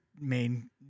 main